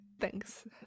thanks